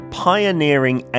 pioneering